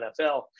NFL